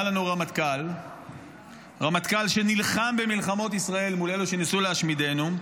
היה לנו רמטכ"ל שנלחם במלחמות ישראל מול אלה שניסו להשמידנו,